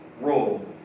role